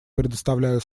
предоставляю